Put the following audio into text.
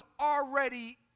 already